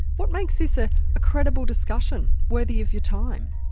what makes this a credible discussion, worthy of your time?